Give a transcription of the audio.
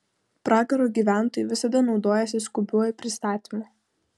pragaro gyventojai visada naudojasi skubiuoju pristatymu